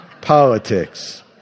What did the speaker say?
politics